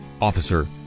officer